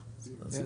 עיקריות,